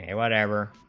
whatever